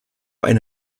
eine